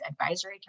advisory